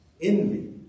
Envy